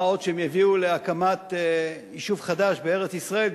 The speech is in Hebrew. מה עוד שהם יביאו להקמת יישוב חדש בארץ-ישראל,